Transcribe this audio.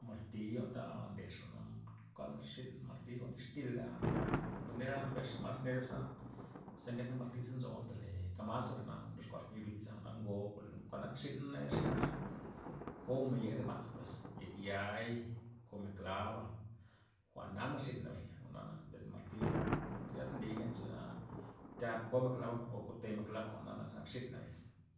Marti'a jwa'n ta ndejxana kuan zyn nli marti len distila' per nera mbesxa neraza ze nkenga marti ze nzo jwa'n ndole kamaz zebay jwa'na ndoxkuaxa kon ya bintza jwa'na ngo ngo kuanak xiney nak komen re yek re jwa'na pues yek ya'i komen klaba' jwa'na nak rziney bay jwa'na nak mbesmen martiba' zyn yata nly' ngencho ya ta komen kalaba' o kotemen klab jwa'na, jwa'na nak rziney bay.